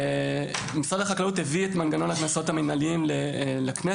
כשמשרד החקלאות הביא את מנגנון הקנסות המנהליים לכנסת,